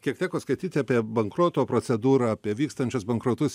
kiek teko skaityti apie bankroto procedūrą apie vykstančias bankrotus